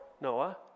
Noah